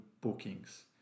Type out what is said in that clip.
bookings